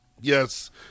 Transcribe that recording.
Yes